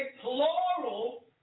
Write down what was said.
plural